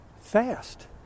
fast